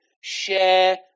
Share